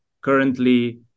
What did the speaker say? currently